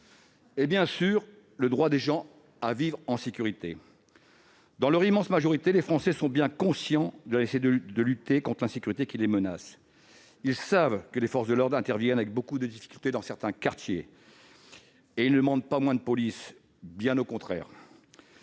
et bien sûr le droit des gens à vivre en sécurité. Dans leur immense majorité, les Français sont bien conscients de la nécessité de lutter contre cette insécurité qui les menace. Ils savent que les forces de l'ordre interviennent avec beaucoup de difficultés dans certains quartiers, et ils ne demandent pas moins de police, bien au contraire.